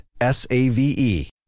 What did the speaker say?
S-A-V-E